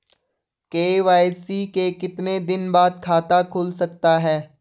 KYC के कितने दिन बाद खाता खुल सकता है?